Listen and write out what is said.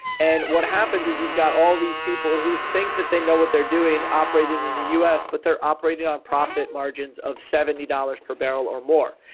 and what happens is you've got all these people who think that they know what they're doing and operating in the us, but they're operating on profit margins of seventy dollars per barrel or more.